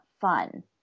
fun